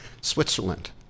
Switzerland